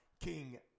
King